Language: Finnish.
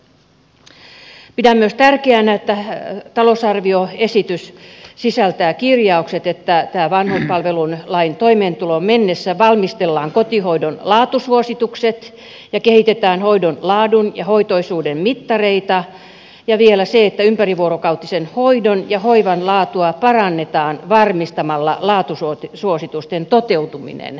pidän myös tärkeänä että talousarvioesitys sisältää kirjaukset siitä että vanhuspalvelulain voimaantuloon mennessä valmistellaan kotihoidon laatusuositukset ja kehitetään hoidon laadun ja hoitoisuuden mittareita ja vielä siitä että ympärivuorokautisen hoidon ja hoivan laatua parannetaan varmistamalla laatusuositusten toteutuminen